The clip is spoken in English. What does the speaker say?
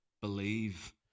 believe